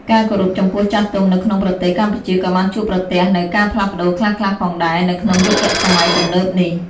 ការគោរពចំពោះចាស់ទុំនៅក្នុងប្រទេសកម្ពុជាក៏បានជួបប្រទះនូវការផ្លាស់ប្តូរខ្លះៗផងដែរ នៅក្នុងយុគសម័យទំនើបនេះ។